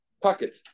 pocket